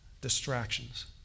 distractions